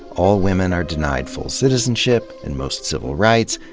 all women are denied full citizenship and most civil rights,